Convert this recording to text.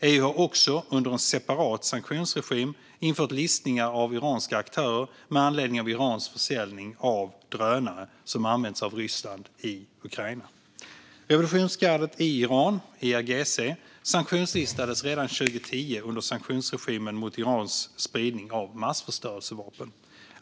EU har också, under en separat sanktionsregim, infört listningar av iranska aktörer med anledning av Irans försäljning av drönare som använts av Ryssland i Ukraina. Revolutionsgardet i Iran, IRGC, sanktionslistades redan 2010 under sanktionsregimen mot Irans spridning av massförstörelsevapen.